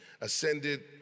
ascended